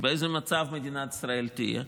באיזה מצב מדינת ישראל תהיה?